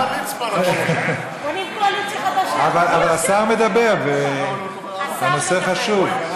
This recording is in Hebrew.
אבל השר מדבר, הנושא חשוב.